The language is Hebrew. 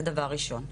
זה דבר ראשון.